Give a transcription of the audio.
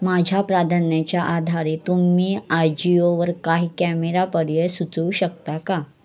माझ्या प्राधान्याच्या आधारे तुम्ही आजीओवर काही कॅमेरा पर्याय सुचवू शकता का